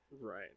Right